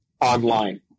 online